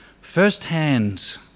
firsthand